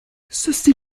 ceci